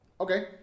Okay